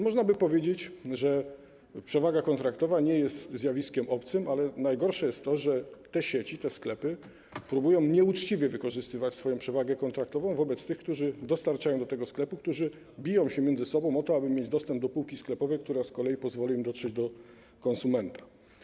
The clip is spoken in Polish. Można by powiedzieć, że przewaga kontraktowa nie jest zjawiskiem obcym, ale najgorsze jest to, że te sieci, te sklepy próbują nieuczciwie wykorzystywać swoją przewagę kontraktową wobec tych, którzy dostarczają do tego sklepu, którzy biją się między sobą o to, aby mieć dostęp do półki sklepowej, która z kolei pozwoli im dotrzeć do konsumenta.